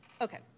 Okay